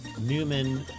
Newman